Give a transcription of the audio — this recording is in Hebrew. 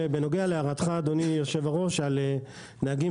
בנוגע להערתך אדוני היושב-ראש בנוגע לנהגים